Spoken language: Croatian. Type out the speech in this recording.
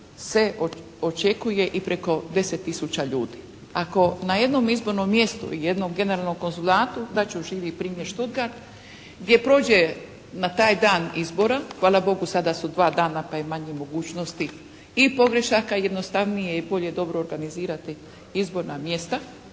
se očekuje i preko 10 tisuća ljudi. Ako na jednom izbornom mjestu u jednom generalnom konzulatu dat ću živi primjer Stuttgart gdje prođe na taj dan izbora, hvala Bogu sada su dva dana pa je manje mogućnosti i pogrešaka i jednostavnije je i bolje dobro organizirati izborna mjesta,